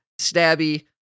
Stabby